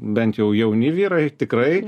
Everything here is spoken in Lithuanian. bent jau jauni vyrai tikrai